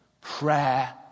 Prayer